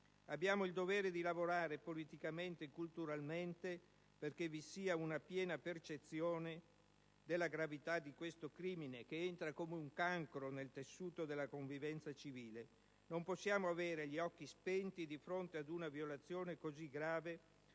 Abbiamo il dovere di lavorare politicamente e culturalmente perché vi sia una piena percezione della gravità di questo crimine che entra come un cancro nel tessuto della convivenza civile. Non possiamo avere gli occhi spenti di fronte ad una violazione così grave dei